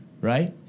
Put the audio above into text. right